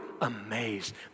amazed